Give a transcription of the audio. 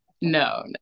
No